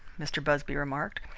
mr. busby remarked.